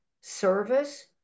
service